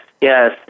yes